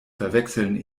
verwechseln